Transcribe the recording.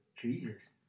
Jesus